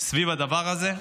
סביב הדבר הזה.